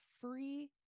free